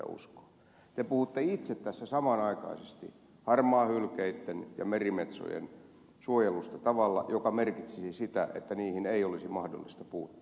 te puhutte itse tässä samanaikaisesti harmaahylkeitten ja merimetsojen suojelusta tavalla joka merkitsisi sitä että niihin ei olisi mahdollista puuttua